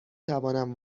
توانم